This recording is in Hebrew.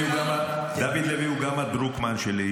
דוד לוי הוא גם הדרוקמן שלי,